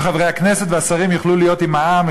שחברי הכנסת והשרים יוכלו להיות עם העם,